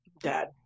Dad